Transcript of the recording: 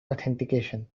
authentication